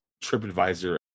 TripAdvisor